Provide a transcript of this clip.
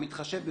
המתחשב ביותר,